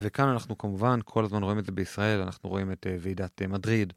וכאן אנחנו כמובן כל הזמן רואים את זה בישראל, אנחנו רואים את ועידת מדריד.